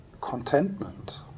contentment